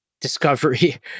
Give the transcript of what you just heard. discovery